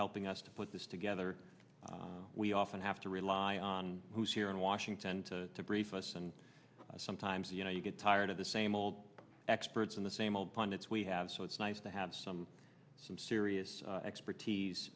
helping us to put this together we often have to rely on who's here in washington to brief us and sometimes you know you get tired of the same old experts in the same old pundits we have so it's nice to have some some serious expertise